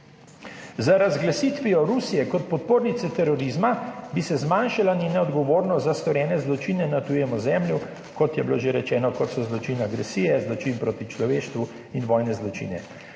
Z razglasitvijo Rusije kot podpornice terorizma bi se zmanjšala njena odgovornost za storjene zločine na tujem ozemlju, kot je bilo že rečeno, kot so zločin agresije, zločin proti človeštvu in vojne zločine.